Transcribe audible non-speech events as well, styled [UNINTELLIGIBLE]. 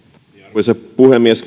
arvoisa puhemies [UNINTELLIGIBLE]